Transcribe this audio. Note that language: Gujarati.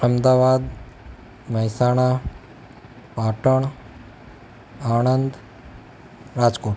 અમદાવાદ મહેસાણા પાટણ આણંદ રાજકોટ